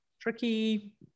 tricky